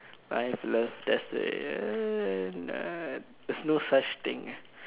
life love destiny there's no such thing lah